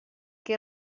que